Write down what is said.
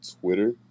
Twitter